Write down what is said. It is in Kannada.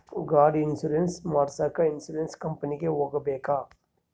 ಗಾಡಿ ಇನ್ಸುರೆನ್ಸ್ ಮಾಡಸಾಕ ಇನ್ಸುರೆನ್ಸ್ ಕಂಪನಿಗೆ ಹೋಗಬೇಕಾ?